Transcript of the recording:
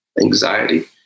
anxiety